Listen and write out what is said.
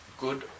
good